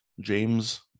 james